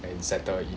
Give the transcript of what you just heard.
and settle in